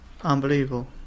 Unbelievable